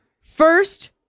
first